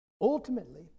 Ultimately